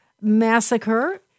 massacre